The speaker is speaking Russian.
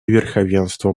верховенства